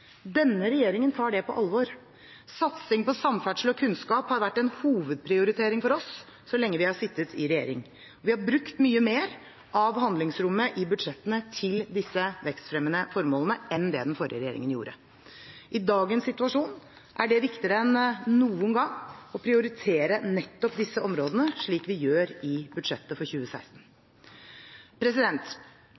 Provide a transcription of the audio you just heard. Denne regjeringen tar det på alvor. Satsing på samferdsel og kunnskap har vært en hovedprioritering for oss så lenge vi har sittet i regjering. Vi har brukt mye mer av handlingsrommet i budsjettene til disse vekstfremmende formålene enn det den forrige regjeringen gjorde. I dagens situasjon er det viktigere enn noen gang å prioritere nettopp disse områdene, slik vi gjør i budsjettet for 2016.